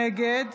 נגד